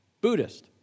Buddhist